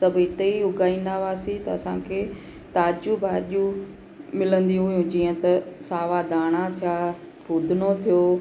सभु हिते ई उगाईंदा हुआसीं त असांखे ताज़ियूं भाॼियूं मिलंदियूं हुयूं जीअं त सावा धाणा थिया फुदनो थियो